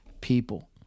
people